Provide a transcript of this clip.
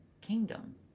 kingdom